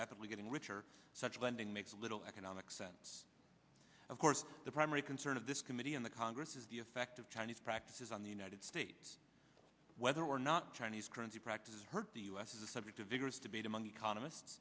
rapidly getting richer such lending makes a little economic sense of course the primary concern of this committee in the congress is the effect of chinese practices on the united states whether or not chinese currency practices hurt the u s is a subject of vigorous debate among economists